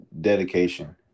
dedication